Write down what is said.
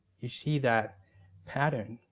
you see that pattern,